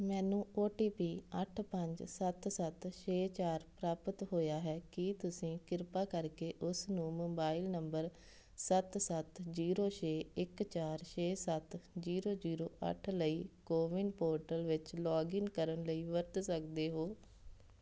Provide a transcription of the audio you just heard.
ਮੈਨੂੰ O T P ਅੱਠ ਪੰਜ ਸੱਤ ਸੱਤ ਛੇ ਚਾਰ ਪ੍ਰਾਪਤ ਹੋਇਆ ਹੈ ਕੀ ਤੁਸੀਂ ਕਿਰਪਾ ਕਰਕੇ ਉਸ ਨੂੰ ਮੋਬਾਈਲ ਨੰਬਰ ਸੱਤ ਸੱਤ ਜੀਰੋ ਛੇ ਇੱਕ ਚਾਰ ਛੇ ਸੱਤ ਜੀਰੋ ਜੀਰੋ ਅੱਠ ਲਈ ਕੋਵਿਨ ਪੋਰਟਲ ਵਿੱਚ ਲੌਗਇਨ ਕਰਨ ਲਈ ਵਰਤ ਸਕਦੇ ਹੋ